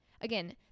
Again